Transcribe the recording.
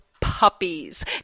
puppies